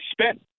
spent